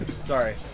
Sorry